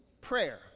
prayer